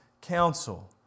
counsel